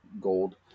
gold